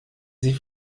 sie